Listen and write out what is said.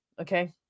Okay